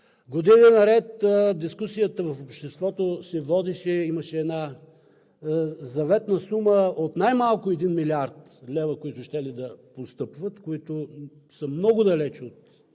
Години наред дискусията в обществото се водеше и имаше една заветна сума от най-малко 1 млрд. лв., които щели да постъпят, които са много далеч от